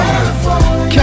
California